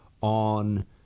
on